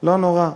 לא נורא,